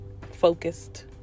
focused